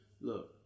Look